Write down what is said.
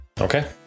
Okay